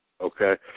Okay